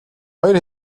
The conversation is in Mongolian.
хоёр